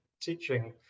teaching